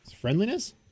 friendliness